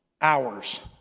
hours